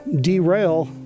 derail